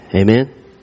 amen